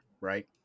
right